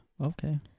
Okay